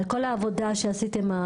על כל העבודה שעשיתם,